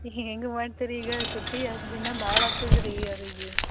ಹೀಗೆ ಮಾಡ್ತಿದ್ರ ರೀ ಈಗ ಸುತ್ತಿ ಅಷ್ಟು ದಿನ ಭಾಳ ಆಗ್ತದ್ ರೀ ಅವರಿಗೆ